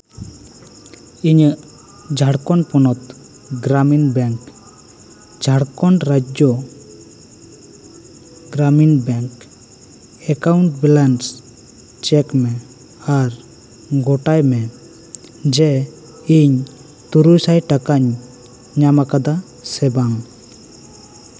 ᱤᱧᱟᱹᱜ ᱡᱷᱟᱲᱠᱷᱚᱸᱰ ᱯᱚᱱᱚᱛ Gramin bank Jharkhand Rajya Gramin bank account balance check ᱢᱮ ᱟᱨ ᱜᱚᱴᱟᱭᱢᱮ ᱡᱮ ᱤᱧ ᱛᱩᱨᱩᱭ ᱥᱟᱭ ᱴᱟᱠᱟᱧ ᱧᱟᱢ ᱠᱟᱫᱟ ᱥᱮ ᱵᱟᱝ